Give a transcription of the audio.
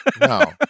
No